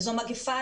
וזו מגפה,